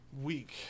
week